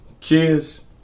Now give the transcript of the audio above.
cheers